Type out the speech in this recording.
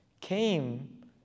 came